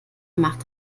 macht